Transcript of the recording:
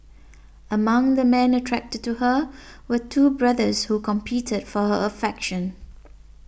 among the men attracted to her were two brothers who competed for her affection